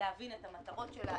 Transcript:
להבין את המטרות שלה.